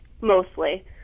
mostly